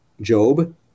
Job